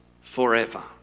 forever